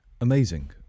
Amazing